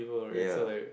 ya